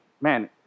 man